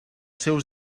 seus